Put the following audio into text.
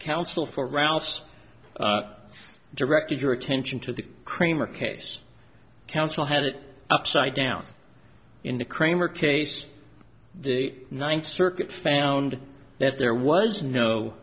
counsel for ralph's directed your attention to the kramer case counsel had it upside down in the cramer case the ninth circuit found that there was no